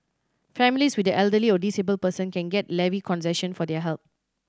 families with an elderly or disabled person can get a levy concession for their help